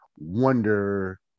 wonder